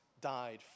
died